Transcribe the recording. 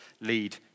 lead